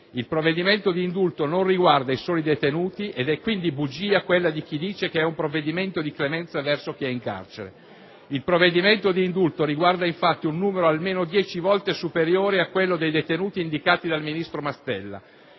Il provvedimento di indulto non riguarda i soli detenuti ed è quindi una bugia quella di chi sostiene che si tratta di un provvedimento di clemenza verso chi è in carcere. Il provvedimento di indulto riguarda infatti un numero almeno dieci volte superiore a quello dei detenuti indicati dal ministro Mastella,